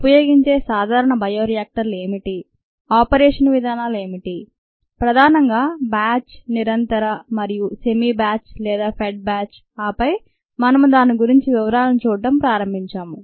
ఉపయోగించే సాధారణ బయో రియాక్టర్లు ఏమిటి ఆపరేషన్ విధానాలు ఏమిటి ప్రధానంగా బ్యాచ్ నిరంతర మరియు సెమి బ్యాచ్ లేదా ఫెడ్ బ్యాచ్ ఆపై మనము దాని గురించి వివరాలను చూడటం ప్రారంభించాము